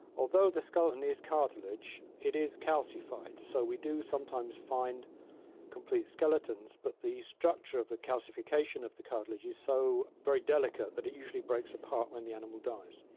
although the skeleton is cartilage, it is calcified, so we do sometimes find complete skeletons, but the structure of the calcification of the cartilage is so very delicate that it usually breaks apart when the animal dies.